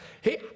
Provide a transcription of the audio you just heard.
Hey